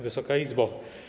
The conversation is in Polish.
Wysoka Izbo!